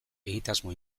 egitasmo